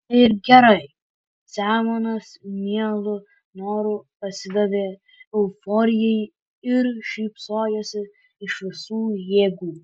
tai ir gerai semionas mielu noru pasidavė euforijai ir šypsojosi iš visų jėgų